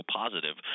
positive